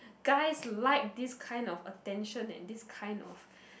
guys like this kind of attention and this kind of